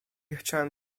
chciałem